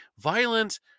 violent